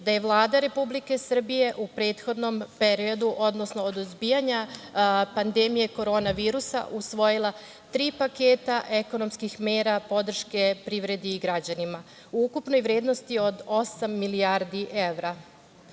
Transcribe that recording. da je Vlada Republike Srbije u prethodnom periodu, odnosno od izbijanja pandemije korona virusa usvojila tri paketa ekonomskih mera podrške privredi i građanima u ukupnoj vrednosti od osam milijardi evra. Svima